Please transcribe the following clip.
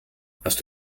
hast